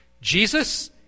Jesus